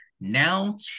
now